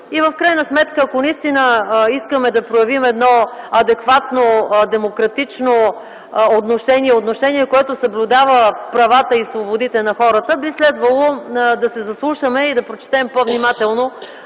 В крайна сметка, ако наистина искаме да проявим едно адекватно демократично отношение – отношение, което съблюдава правата и свободите на хората, би следвало да се заслушаме и да прочетем по-внимателно